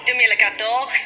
2014